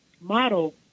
model